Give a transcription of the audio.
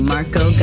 Marco